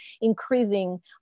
increasing